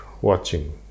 watching